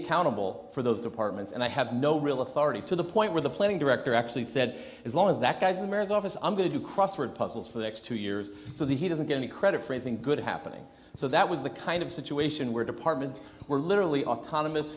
accountable for those departments and i have no real authority to the point where the planning director actually said as long as that guy's america's office i'm going to do crossword puzzles for the next two years so that he doesn't get any credit for anything good happening so that was the kind of situation where department were literally autonomous